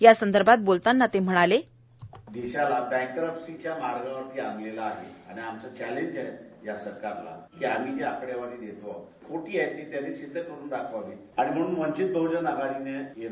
त्यासंदर्भात बोलताना ते म्हणाले साऊंड बाईट देशाला बँक क्रप्सीच्या मार्गावर आणलेला आहे आणि आमचं चक्रेंज आहे की या सरकारला की आम्ही जे आकडेवारी देतो आहे ती खोटी आहे ती त्यांनी सिद्ध करून दाखवावे आणि म्हणून वंचित बहजन आघाडीने एन